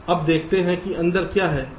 अब देखते हैं कि अंदर क्या है